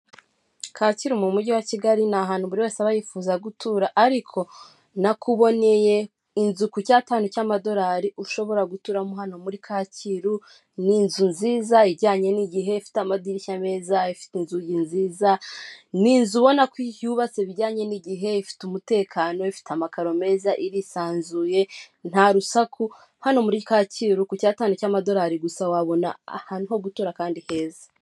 Kacyiru m'umujyi wa Kigali ni ahantu buri wese aba yifuza gutura ariko nakuboneye inzu ku cyatanu cy'amadorari ushobora guturamo hano muri Kacyiru ni inzu nziza ijyanye n'igihe ifite amadirishya meza, ifite inzugi nziza, ni inzu ubona ko yubatse bijyanye n'igihe ifite umutekano ifite amakaro meza irisanzuye nta rusaku hano muri Kacyiru ku cyatanu cy'amadorari gusa wabona ahantu ho guturara kandi heza.